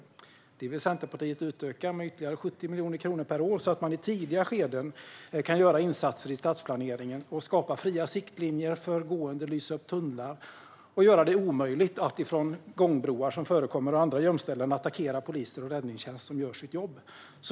Detta vill Centerpartiet utöka med ytterligare 70 miljoner kronor per år så att man i tidiga skeden kan göra insatser i stadsplaneringen och skapa fria siktlinjer för boende, lysa upp tunnlar och göra det omöjligt att från gångbroar och andra gömställen, som förekommer, attackera polis och räddningstjänst som gör sitt jobb.